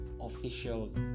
official